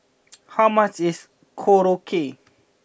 how much is Korokke